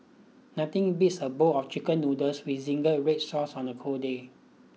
nothing beats a bowl of chicken noodles with zingy red sauce on a cold day